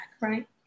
Right